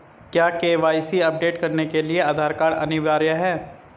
क्या KYC update करने के लिए आधार कार्ड अनिवार्य है?